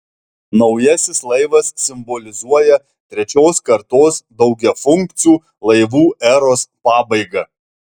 naujasis laivas simbolizuoja trečios kartos daugiafunkcių laivų eros pabaigą